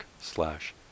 slash